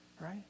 Right